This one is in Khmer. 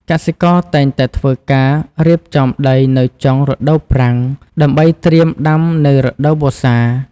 កសិករតែងតែធ្វើការរៀបចំដីនៅចុងរដូវប្រាំង ដើម្បីត្រៀមដាំនៅរដូវវស្សា។